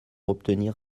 obtenir